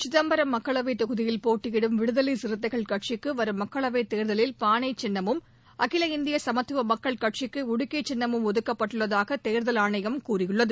சிதம்பரம் மக்களவைத் தொகுதியில் போட்டியிடும் விடுதலை சிறுத்தைகள் கட்சிக்கு வரும் மக்களவைத் தேர்தலில் சின்னம் பானை ஒதுக்கப்பட்டுள்ளது தமிழ்நாட்டில் உள்ள அகில இந்திய சமத்துவ மக்கள் கட்சிக்கு உடுக்கை சின்னமும் ஒதுக்கப்பட்டுள்ளதாக தேர்தல் ஆணையம் கூறியுள்ளது